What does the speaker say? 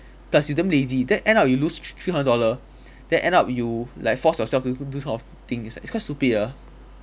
plus you damn lazy then end up you lose thr~ three hundred dollar then end up you like force yourself to do this kind of thing it's like it's quite stupid ah